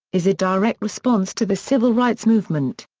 is a direct response to the civil rights movement.